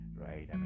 right